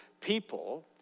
people